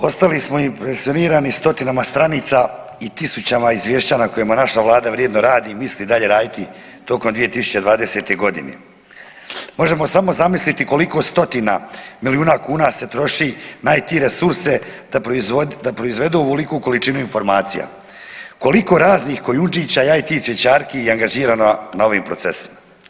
Ostali smo impresionirani stotinama stranica i tisućama izvješća na kojima naša Vlada vrijedno radi i misli dalje raditi tokom 2020.g. Možemo samo zamisliti koliko stotina milijuna kuna se troši na IT resurse da proizvedu ovoliku količinu informacija, koliko raznih Kojundžića i IT cvjećarki je angažirano na ovim procesima.